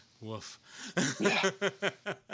Woof